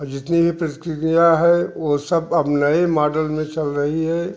और जितनी भी प्रक्रिया है वो सब अब नए मॉडल में चल रही है